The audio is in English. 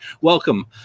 welcome